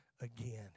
again